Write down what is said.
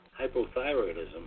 hypothyroidism